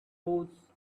rose